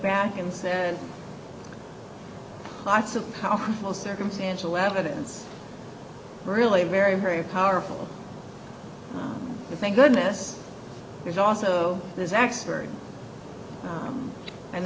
back and said lots of how most circumstantial evidence really very very powerful thank goodness there's also this expert